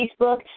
Facebook